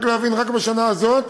רק להבין, רק בשנה הזאת